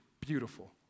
beautiful